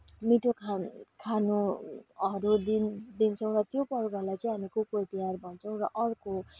मिठो खान खानहरू दिन दिन्छौँ र त्यो पर्वलाई चाहिँ हामी कुकुर तिहार भन्छौँ र अर्को